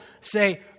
say